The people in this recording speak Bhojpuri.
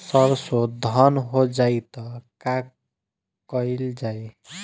सरसो धन हो जाई त का कयील जाई?